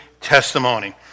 testimony